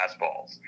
fastballs